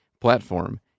platform